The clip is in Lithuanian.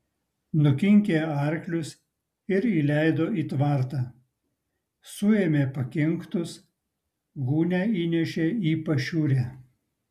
nukinkė arklius ir įleido į tvartą suėmė pakinktus gūnią įnešė į pašiūrę